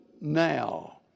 now